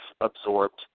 absorbed